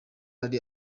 yari